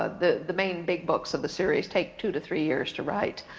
ah the the main big books of the series take two to three years to write.